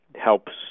helps